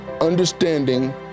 understanding